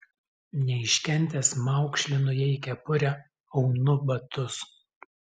neiškentęs maukšlinu jai kepurę aunu batus